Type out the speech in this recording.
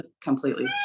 completely